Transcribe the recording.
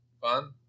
fun